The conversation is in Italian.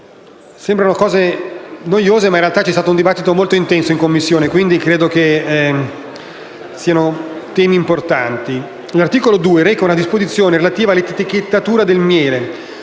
Sembrano cose noiose, ma in realtà c'è stato un dibattito molto intenso in Commissione. Quindi, credo che siano temi importanti. L'articolo 2 reca una disposizione relativa all'etichettatura del miele,